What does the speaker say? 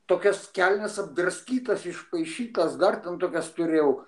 tokias kelnes apdraskytas išpaišytas dar ten tokias turėjau